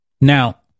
Now